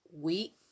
week